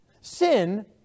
Sin